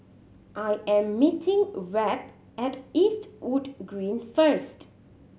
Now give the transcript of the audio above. I am meeting Webb at Eastwood Green first